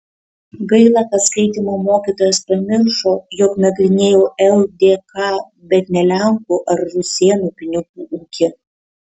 gaila kad skaitymo mokytojas pamiršo jog nagrinėjau ldk bet ne lenkų ar rusėnų pinigų ūkį